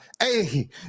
hey